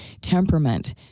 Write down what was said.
temperament